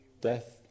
death